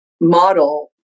model